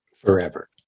Forever